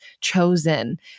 chosen